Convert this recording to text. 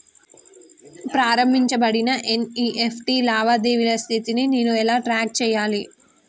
ప్రారంభించబడిన ఎన్.ఇ.ఎఫ్.టి లావాదేవీల స్థితిని నేను ఎలా ట్రాక్ చేయాలి?